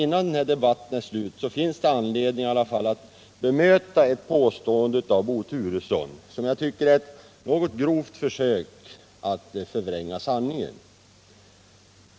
Innan denna debatt är slut finns det enligt min = Flygplatsfrågan i mening anledning att bemöta ett påstående av Bo Turesson, som jag <:Stockholmsregiotycker utgör ett något grovt försök att förvränga sanningen.